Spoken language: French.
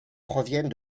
proviennent